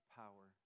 power